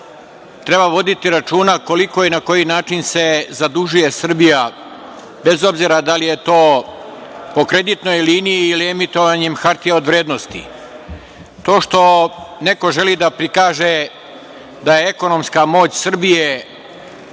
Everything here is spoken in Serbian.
treba voditi računa i na koji način se zadužuje Srbija, bez obzira da li je to po kreditnoj liniji ili emitovanjem hartija od vrednosti. To što neko želi da prikaže da je ekonomska moć Srbije,